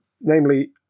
namely